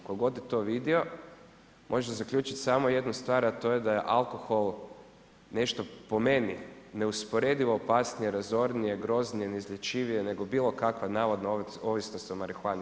Tko god je to vodio, može zaključiti samo jednu stvar, a to je da je alkohol nešto po meni neusporedivo opasnije, razornije, groznije, neizlječivije, nego bilo kakva navodno ovisnost o marihuani.